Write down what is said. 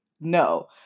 No